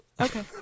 Okay